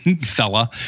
Fella